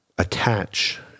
attach